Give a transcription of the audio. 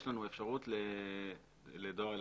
יש גם אפשרות לדואר אלקטרוני.